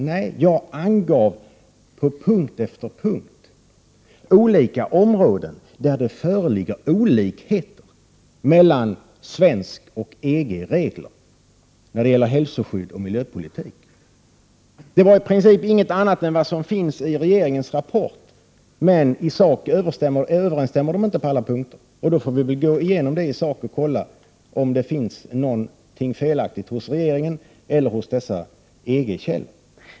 Nej, jag angav på punkt efter punkt skilda områden där det föreligger olikheter mellan svenska regler och EG-regler när det gäller hälsoskydd och miljöpolitik. Det var i princip inget annat än vad som finns i regeringens rapport, men i sak överensstämmer de inte på alla punkter, och då får vi väl gå igenom och kolla om det finns någonting felaktigt hos regeringen eller hos dessa EG-källor.